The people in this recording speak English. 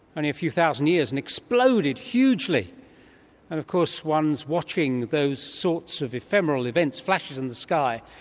only a few thousand years, and exploded hugely. and of course one's watching those sorts of ephemeral events, flashes in the sky,